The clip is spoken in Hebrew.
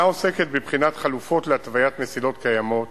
אינה עוסקת בבחינת חלופות להתוויית מסילות קיימות